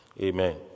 Amen